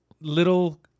Little